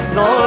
no